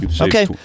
Okay